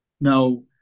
Now